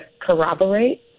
corroborate